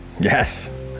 yes